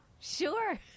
Sure